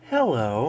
Hello